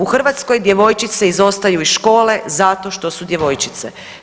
U Hrvatskoj djevojčice izostaju iz škole zato što su djevojčice.